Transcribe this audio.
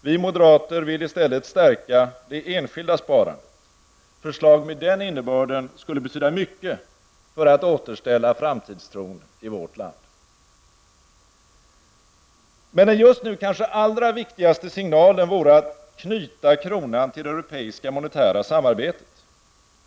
Vi moderater vill i stället stärka det enskilda sparandet. Förslag med den innebörden skulle betyda mycket för att återställa framtidstron i vårt land. Men den just nu kanske allra viktigaste signalen vore att knyta kronan till det europeiska monetära samarbetet.